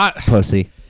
Pussy